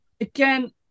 Again